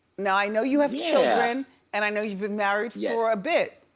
now i know you have children and i know you've been married yeah for a bit.